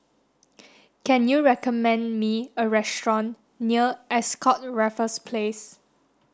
can you recommend me a restaurant near Ascott Raffles Place